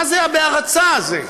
מה זה ה"בהרצה" הזה?